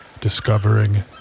discovering